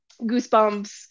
goosebumps